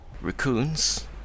Raccoons